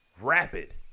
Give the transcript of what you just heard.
rapid